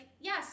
yes